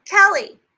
Kelly